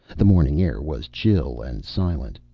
the morning air was chill and silent.